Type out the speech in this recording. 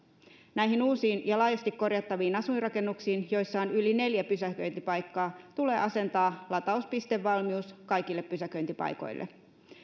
näihin uusiin ja laajasti korjattaviin asuinrakennuksiin joissa on yli neljä pysäköintipaikkaa tulee asentaa latauspistevalmius kaikille pysäköintipaikoille